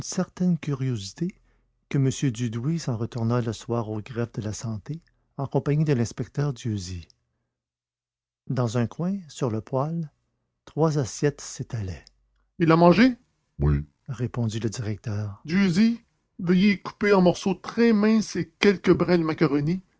certaine curiosité que m dudouis s'en retourna le soir au greffe de la santé en compagnie de l'inspecteur dieuzy dans un coin sur le poêle trois assiettes s'étalaient il a mangé oui répondit le directeur dieuzy veuillez couper en morceaux très minces ces quelques brins de macaroni